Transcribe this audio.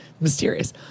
Mysterious